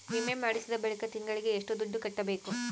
ವಿಮೆ ಮಾಡಿಸಿದ ಬಳಿಕ ತಿಂಗಳಿಗೆ ಎಷ್ಟು ದುಡ್ಡು ಕಟ್ಟಬೇಕು?